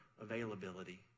availability